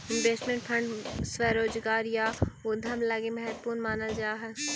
investment fund स्वरोजगार या उद्यम लगी महत्वपूर्ण मानल जा हई